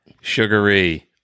Sugary